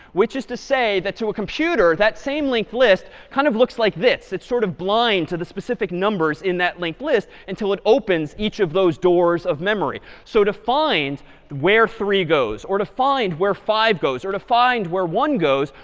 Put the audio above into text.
which is to say that to a computer, that same linked list kind of looks like this. it's sort of blind to the specific numbers in that linked list until it opens each of those doors of memory. so to find where three goes or to find where five goes or to find where one goes,